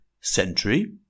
century